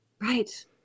Right